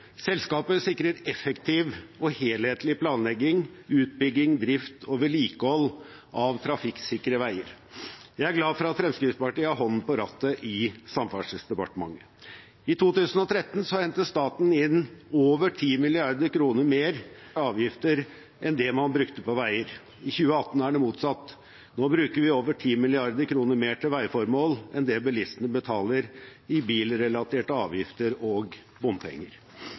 Selskapet sikrer effektiv og helhetlig planlegging, utbygging, drift og vedlikehold av trafikksikre veier. Jeg er glad for at Fremskrittspartiet har hånden på rattet i Samferdselsdepartementet. I 2013 hentet staten inn over 10 mrd. kr mer i bilrelaterte avgifter enn det man brukte på veier. I 2018 er det motsatt. Nå bruker vi over 10 mrd. kr mer til veiformål enn det bilistene betaler i bilrelaterte avgifter og bompenger.